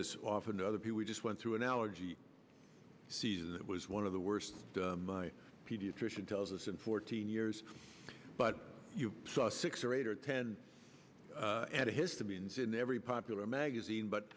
this often to other people we just went through an allergy season that was one of the worst my pediatrician tells us in fourteen years but you saw six or eight or ten at the histamines in every popular magazine but